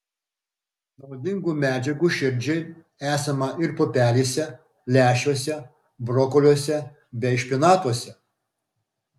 naudingų medžiagų širdžiai esama ir pupelėse lęšiuose brokoliuose bei špinatuose